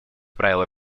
правило